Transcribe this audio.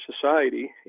society